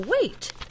Wait